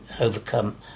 overcome